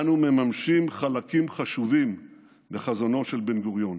אנו מממשים חלקים חשובים בחזונו של בן-גוריון.